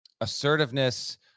assertiveness